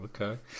Okay